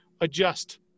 adjust